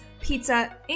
pizza